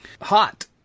hot